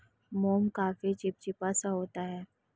मोम काफी चिपचिपा सा होता है